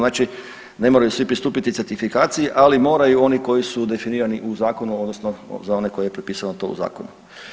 Znači ne moraju svi pristupiti certifikaciji, ali moraju oni koji su definirani u zakonu odnosno za one koje je propisano to u zakonu.